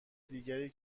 دیگری